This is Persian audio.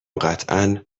قطعا